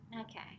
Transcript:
Okay